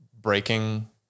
breaking